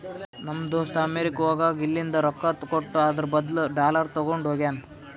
ನಮ್ ದೋಸ್ತ ಅಮೆರಿಕಾ ಹೋಗಾಗ್ ಇಲ್ಲಿಂದ್ ರೊಕ್ಕಾ ಕೊಟ್ಟು ಅದುರ್ ಬದ್ಲು ಡಾಲರ್ ತಗೊಂಡ್ ಹೋಗ್ಯಾನ್